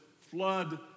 flood